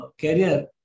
career